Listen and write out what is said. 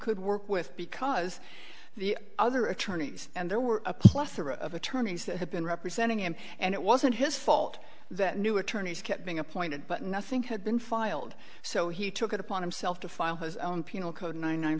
could work with because the other attorneys and there were a plethora of attorneys that had been representing him and it wasn't his fault that new attorneys kept being appointed but nothing had been filed so he took it upon himself to file his own penal code nine nine